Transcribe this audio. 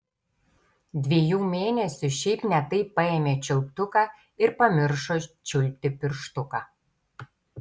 dviejų mėnesių šiaip ne taip paėmė čiulptuką ir pamiršo čiulpti pirštuką